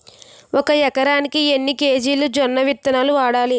ఒక ఎకరానికి ఎన్ని కేజీలు జొన్నవిత్తనాలు వాడాలి?